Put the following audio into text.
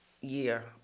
year